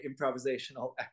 improvisational